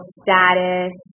status